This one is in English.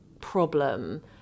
problem